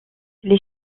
les